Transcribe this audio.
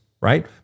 right